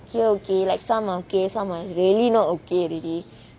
okay okay like some are okay some are really not okay already